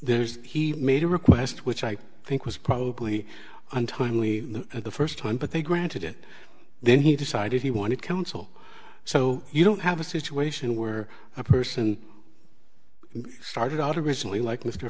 there's he made a request which i think was probably untimely at the first time but they granted it then he decided he wanted counsel so you don't have a situation where a person started out a recently like mr